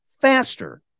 faster